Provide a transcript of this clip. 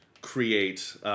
create